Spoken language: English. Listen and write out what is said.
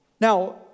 Now